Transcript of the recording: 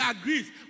agrees